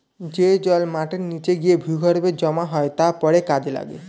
যে জল মাটির নিচে গিয়ে ভূগর্ভে জমা হয় তা পরে কাজে লাগে